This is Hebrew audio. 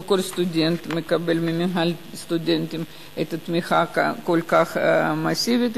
לא כל סטודנט מקבל ממינהל הסטודנטים תמיכה כל כך מסיבית,